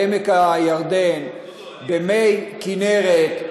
בעמק-הירדן במי כינרת,